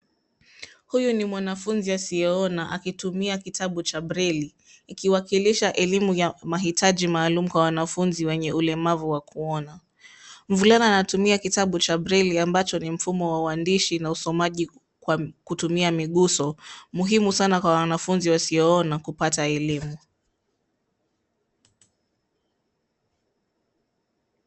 Huyu ni mwanafunzi asiyeona akitumia kitabu cha braili ikiwakilisha elimu ya mahitaji maalum kwa wanafunzi wenye ulemavu wa kuona, mvulana anatumia kitabu cha braili ambacho ni mfumo wa uandishi na usomaji kutumia miguuso muhimu sana kwa wanafunzi wasioona kupata elimu.